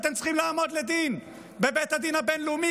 אתם צריכים לעמוד לדין בבית הדין הבין-לאומי,